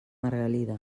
margalida